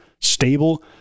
stable